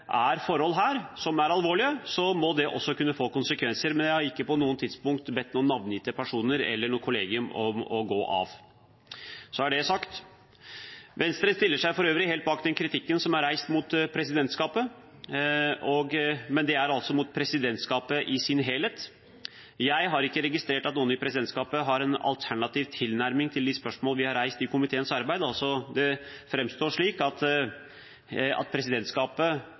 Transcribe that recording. alvorlige forhold her, må det kunne få konsekvenser. Men jeg har ikke på noe tidspunkt bedt noen navngitte personer eller noe kollegium om å gå av. Så er det sagt. Venstre stiller seg for øvrig helt bak kritikken som er reist mot presidentskapet, men det er mot presidentskapet i sin helhet. Jeg har ikke registrert at noen i presidentskapet har en alternativ tilnærming til de spørsmålene vi har reist i komiteen. Det framstår slik at presidentskapet opptrer som en samlet enhet. Jeg har foreløpig ikke notert at